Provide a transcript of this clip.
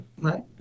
Right